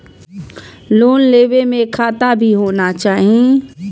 Loan लेबे में खाता भी होना चाहि?